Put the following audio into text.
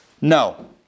No